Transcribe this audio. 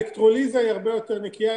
אלקטרוליזה היא הרבה יותר נקייה.